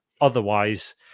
otherwise